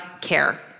care